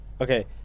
Okay